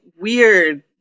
weird